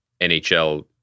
NHL